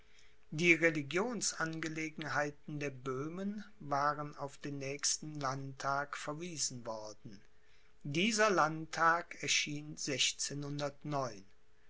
die religionsangelegenheiten der böhmen waren auf den nächsten landtag verwiesen worden dieser landtag erschien